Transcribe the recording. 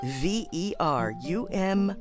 v-e-r-u-m